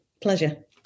Pleasure